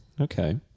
Okay